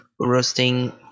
roasting